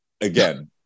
again